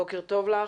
בוקר טוב לך.